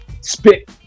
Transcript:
spit